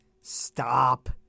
stop